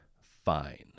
Fine